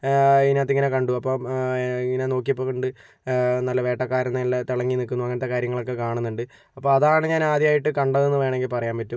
അതിനകത്തിങ്ങനെ കണ്ടു അപ്പോൾ ഇങ്ങനെ നോക്കിയപ്പോൾ കണ്ടു നല്ല വേട്ടക്കാരനെല്ലാം നല്ല തിളങ്ങി നിൽക്കുന്നു അങ്ങനത്തെ കാര്യങ്ങളൊക്കെ കാണുന്നുണ്ട് അപ്പോൾ അതാണ് ഞാൻ ആദ്യമായിട്ട് കണ്ടതെന്നു വേണമെങ്കിൽ പറയാൻ പറ്റും